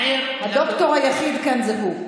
הדוקטור היחיד כאן זה הוא.